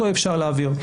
אותו אפשר להעביר.